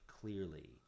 clearly